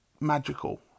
magical